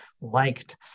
liked